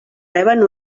reben